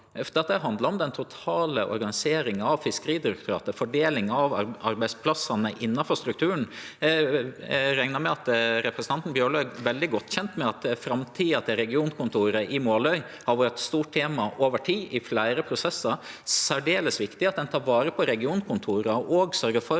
Dette handlar om den totale organiseringa av Fiskeridirektoratet, fordeling av arbeidsplassane innanfor strukturen. Eg reknar med at representanten Bjørlo er veldig godt kjend med at framtida til regionkontoret i Måløy har vore eit stort tema over tid i fleire prosessar. Det er særdeles viktig at ein tek vare på regionkontora og òg sørgjer for